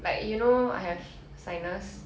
like you know then